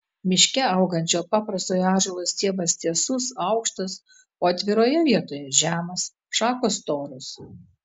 miške augančio paprastojo ąžuolo stiebas tiesus aukštas o atviroje vietoje žemas šakos storos